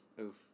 Oof